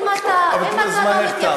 אבל זמנך תם.